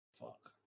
Fuck